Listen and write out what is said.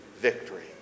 victory